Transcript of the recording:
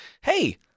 Hey